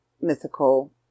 mythical